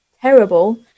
terrible